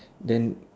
then